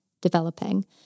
developing